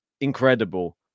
incredible